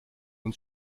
uns